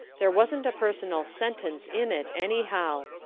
there wasn't a personal sentence in it, anyhow.